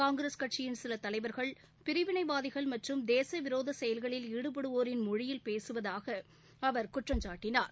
காங்கிரஸ் கட்சியின் சில தலைவர்கள் பிரிவினைவாதிகள் மற்றும் தேச விரோத செயல்களில் ஈடுபடுவோரின் மொழியில் பேசுவதாக அவர் குற்றம்சாட்டினார்